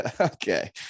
Okay